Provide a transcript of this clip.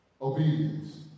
Obedience